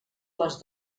les